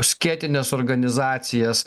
skėtines organizacijas